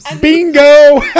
Bingo